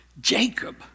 Jacob